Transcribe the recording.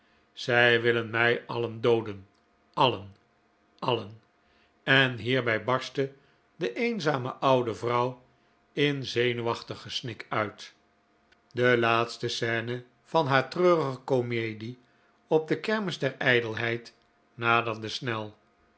zij willen mij alien dooden alien alien en hierbij barstte de eenzame oude vrouw in zenuwachtig gesnik uit de laatste scene van haar treurige comedie op de kermis der ijdelheid naderde snel